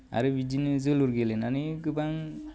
आरो बिदिनो जोलुर गेलेनानै गोबां